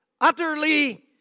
utterly